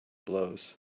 blows